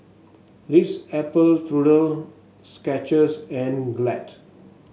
Ritz Apple Skechers and Glad